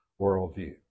worldview